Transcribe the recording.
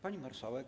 Pani Marszałek!